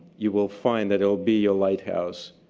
you will find that it will be your lighthouse